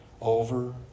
over